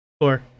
four